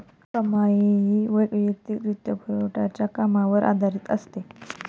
कमाई ही वैयक्तिक वित्तपुरवठ्याच्या कामावर आधारित असते